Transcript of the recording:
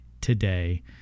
today